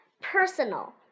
personal